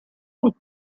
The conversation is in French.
pont